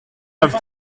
have